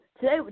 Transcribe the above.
today